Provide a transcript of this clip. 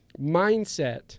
mindset